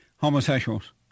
homosexuals